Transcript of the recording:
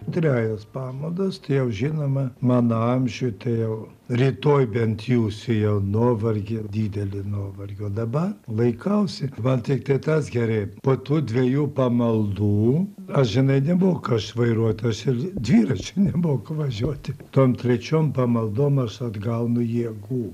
trejos pamaldos tai jau žinoma mano amžiuj tai jau rytoj bent jusiu jau nuovargį didelį nuovargį o dabar laikausi man tiktai tas gerai po tų dviejų pamaldų aš žinai nemoku aš vairuoti aš ir dviračiu nemoku važiuoti tom trečiom pamaldom aš atgaunu jėgų